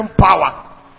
power